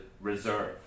reserve